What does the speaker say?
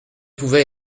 pouvait